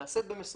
נעשית במסוקים.